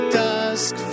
dusk